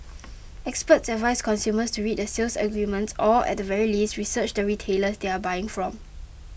experts advise consumers to read the sales agreements or at the very least research the retailers they are buying from